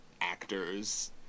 actors